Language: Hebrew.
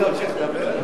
אני יכול להמשיך לדבר?